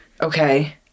Okay